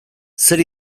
zer